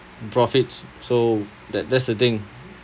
profits so that that's the thing